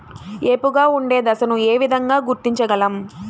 ఏపుగా ఉండే దశను ఏ విధంగా గుర్తించగలం?